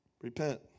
Repent